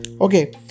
Okay